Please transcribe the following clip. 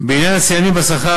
בעניין שיאני השכר,